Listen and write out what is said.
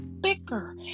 bicker